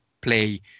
play